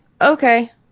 okay